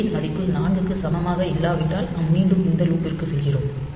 ஏ ன் மதிப்பு 4 க்கு சமமாக இல்லாவிட்டால் நாம் மீண்டும் இந்த லூப்பிற்குச் செல்கிறோம்